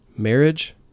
Marriage